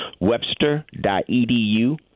webster.edu